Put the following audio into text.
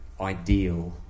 ideal